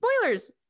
spoilers